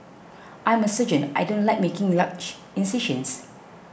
I'm a surgeon I don't like making large incisions